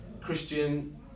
Christian